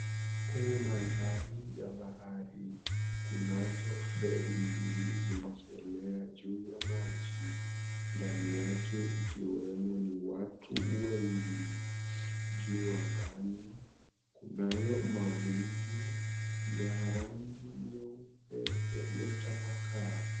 Kwenye maandhari ya bahari kunazo feri mbili zinazoelea juu juu ya maji, ndani yake ikiwemo nia watu wengi. Jua kali nayo mawingu ya rangi nyeupe yaliyotapakaa.